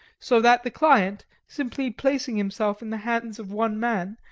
so that the client, simply placing himself in the hands of one man,